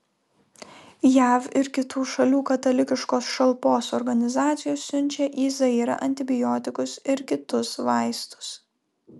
jav ir kitų šalių katalikiškos šalpos organizacijos siunčia į zairą antibiotikus ir kitus vaistus